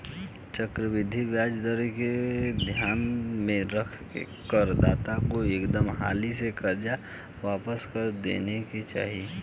चक्रवृद्धि ब्याज दर के ध्यान में रख के कर दाता के एकदम हाली से कर्जा वापस क देबे के चाही